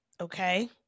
okay